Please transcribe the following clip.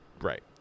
Right